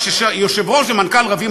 כשיושב-ראש ומנכ"ל רבים,